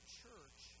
church